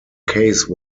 case